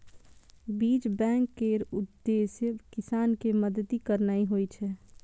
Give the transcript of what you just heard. बीज बैंक केर उद्देश्य किसान कें मदति करनाइ होइ छै